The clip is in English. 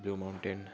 blue mountain